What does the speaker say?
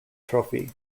trophy